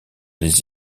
les